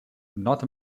north